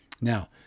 Now